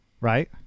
Right